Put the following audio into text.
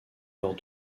lors